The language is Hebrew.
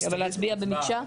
ולהצביע במקשה?